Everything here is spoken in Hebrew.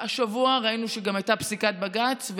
והשבוע ראינו שגם הייתה פסיקת בג"ץ,